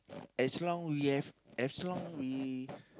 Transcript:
as long we have as long we